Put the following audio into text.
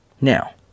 Now